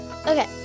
Okay